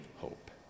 hope